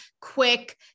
quick